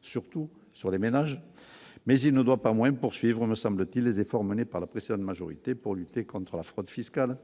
surtout sur les ménages, mais il ne doit pas moins poursuivre, me semble-t-il, les efforts menés par la précédente majorité pour lutter contre la fraude fiscale